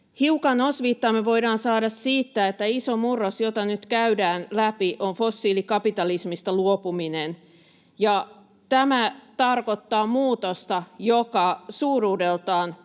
Hiukan osviittaa me voidaan saada siitä, että tämä iso murros, jota nyt käydään läpi, on fossiilikapitalismista luopuminen, ja tämä tarkoittaa muutosta, joka mittakaavaltaan